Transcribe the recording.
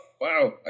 wow